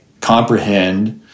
comprehend